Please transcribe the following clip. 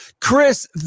Chris